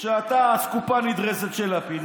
אסקופה נדרסת של לפיד.